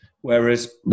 Whereas